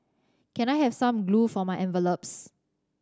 can I have some glue for my envelopes